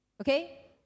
Okay